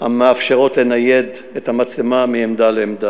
המאפשרות לנייד את המצלמה מעמדה לעמדה.